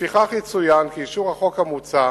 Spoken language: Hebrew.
לפיכך, יצוין כי אישור החוק המוצע